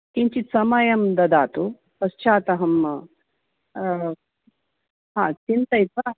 किञ्चिद् समयं ददातु पश्चाद् अहं हा चिन्तयित्वा